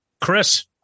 Chris